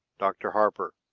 dr. harper.